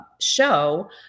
show